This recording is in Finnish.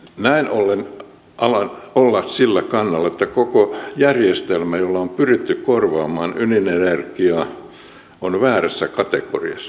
näin ollen alan olla sillä kannalla että koko järjestelmä jolla on pyritty korvaamaan ydinenergiaa on väärässä kategoriassa